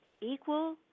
equal